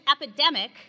epidemic